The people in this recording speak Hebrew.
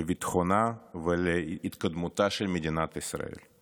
לביטחונה ולהתקדמותה של מדינת ישראל.